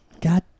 God